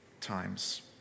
times